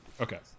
Okay